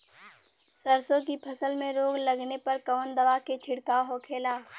सरसों की फसल में रोग लगने पर कौन दवा के छिड़काव होखेला?